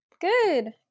Good